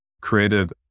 created